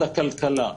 ממשרד הכלכלה.